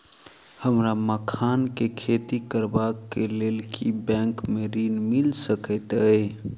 हमरा मखान केँ खेती करबाक केँ लेल की बैंक मै ऋण मिल सकैत अई?